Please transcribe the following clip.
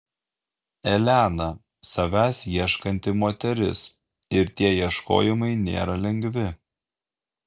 elena savęs ieškanti moteris ir tie ieškojimai nėra lengvi